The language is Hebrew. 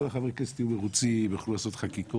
כל חברי הכנסת יהיו מרוצים, יוכלו לעשות חקיקות,